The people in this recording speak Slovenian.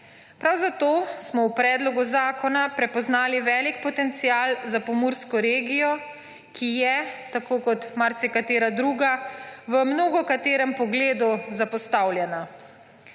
Prav zato smo v predlogu zakon prepoznali velik potencial za pomursko regijo, ki je, tako kot marsikatera druga, v mnogokaterem pogledu zapostavljena.